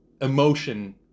emotion